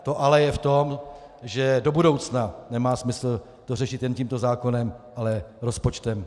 To ale je v tom, že do budoucna nemá smysl to řešit jen tímto zákonem, ale rozpočtem.